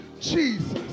Jesus